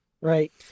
Right